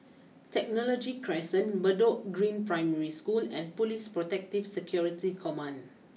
Technology Crescent Bedok Green Primary School and police Protective Security Command